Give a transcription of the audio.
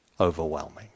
overwhelming